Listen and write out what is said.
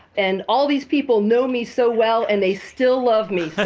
and all these people know me so well, and they still love me